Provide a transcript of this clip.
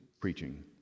preaching